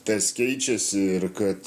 tas keičiasi ir kad